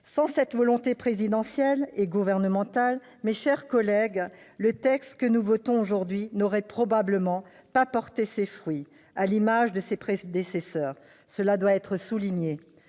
Sans cette volonté présidentielle et gouvernementale, mes chers collègues, le texte que nous votons aujourd'hui n'aurait probablement pas porté ses fruits, à l'image de ses prédécesseurs. Cela doit être souligné